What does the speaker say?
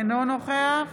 אינו נוכח